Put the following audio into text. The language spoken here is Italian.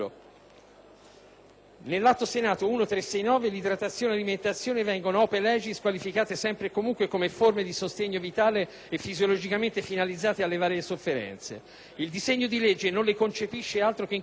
nell' Atto Senato n. 1369 l'idratazione e l'alimentazione vengono - *ope legis* - qualificate sempre e comunque come "forme di sostegno vitale e fisiologicamente finalizzate ad alleviare le sofferenze". Il disegno di legge non le concepisce altro che in questo modo,